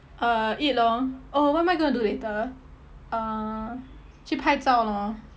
uh eat lor oh what am I gonna do later uh 去拍照 lor